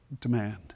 demand